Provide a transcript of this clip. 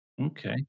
Okay